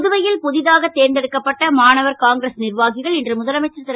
புதுவை ல் பு தாக தேர்ந்தெடுக்கப்பட்ட மாணவர் காங்கிரஸ் ர்வாகிகள் இன்று முதலமைச்சர் ரு